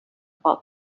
about